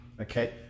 okay